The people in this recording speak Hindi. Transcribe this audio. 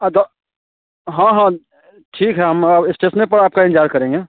अच्छा हाँ हाँ ठीक है हम स्टेसन ही पर आपका इंतज़ार करेंगे